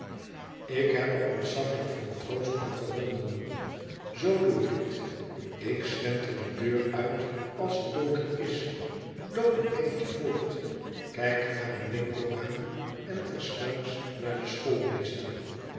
ik heb er ontzaglijk veel troost in gevonden z doe ik het ik slenter de deur uit als het donker is loop een eindje voort kijk naar een winkelraam en tersluiks naar den